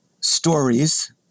stories